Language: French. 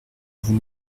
vous